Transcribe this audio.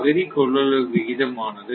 பகுதி கொள்ளளவு விகிதம் ஆனது